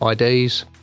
IDs